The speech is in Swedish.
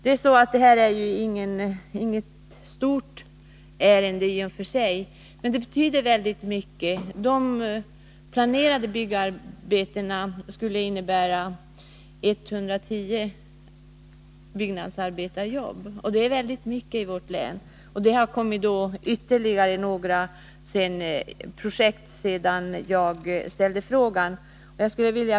Detta är i och för sig inget stort ärende, men det betyder mycket. De planerade byggarbetena skulle innebära 110 byggnadsarbetarjobb, och det är många jobb i vårt län. Det har dessutom kommit till ytterligare några projekt sedan jag ställde frågan.